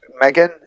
Megan